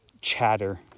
chatter